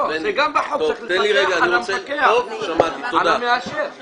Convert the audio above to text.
בדרגת תת ניצב.